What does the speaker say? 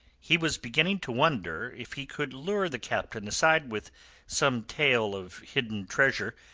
he was beginning to wonder if he could lure the captain aside with some tale of hidden treasure,